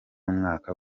mwaka